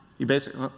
you basically.